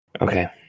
Okay